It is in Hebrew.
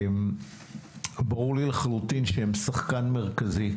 ברור לי לחלוטין שהם שחקן מרכזי.